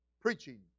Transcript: preaching